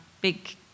big